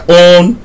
own